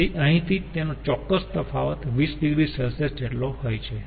તેથી અહીંથી તેનો ચોક્કસ તફાવત 20 oC જેટલો હોય છે